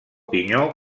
pinyó